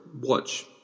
Watch